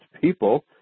People